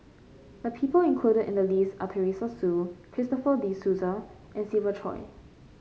the people included in the list are Teresa Hsu Christopher De Souza and Siva Choy